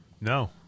No